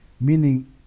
meaning